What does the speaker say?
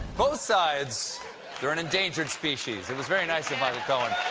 both sides they're an endangered species. it was very nice of michael cohen.